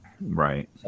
Right